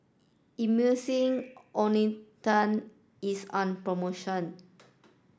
Emulsying Ointment is on promotion